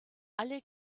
alle